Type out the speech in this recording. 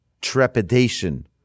trepidation